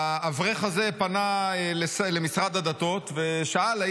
האברך הזה פנה למשרד הדתות ושאל אם